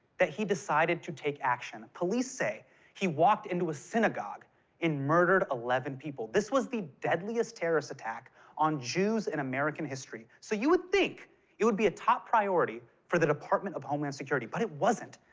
that he decided to take action. police say he walked into a synagogue and murdered eleven people. this was the deadliest terrorist attack on jews in american history. so you would think it would be a top priority for the department of homeland security but it wasn't.